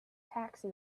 taxi